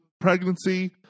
pregnancy